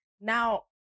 now